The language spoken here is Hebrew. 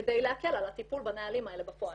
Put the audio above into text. כדי להקל על הטיפול בנהלים האלה בפועל.